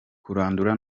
kurandura